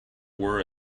were